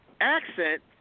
accent